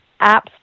apps